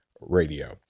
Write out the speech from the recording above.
radio